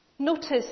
Notice